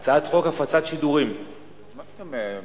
מה פתאום רווחה?